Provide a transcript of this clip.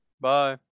Bye